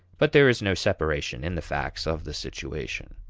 but there is no separation in the facts of the situation.